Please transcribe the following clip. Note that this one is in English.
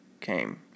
came